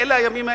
באלה הימים,